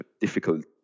difficult